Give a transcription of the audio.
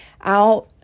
out